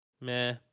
meh